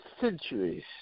centuries